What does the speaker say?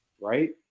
right